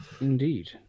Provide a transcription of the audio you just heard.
indeed